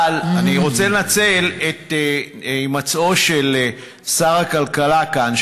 אבל אני רוצה לנצל את הימצאו של שר הכלכלה כאן,